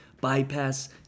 bypass